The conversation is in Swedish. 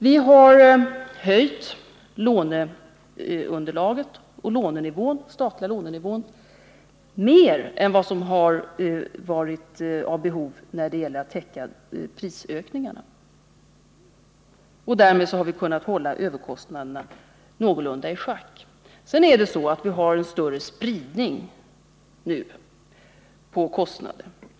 Vi har höjt låneunderlaget och alltså nivån på de statliga lånen mer än vad som behövts för att täcka prisökningarna. Därmed har vi kunnat hålla överkostnaderna någorlunda i schack. Sedan är det så att vi nu har en större spridning på kostnaderna.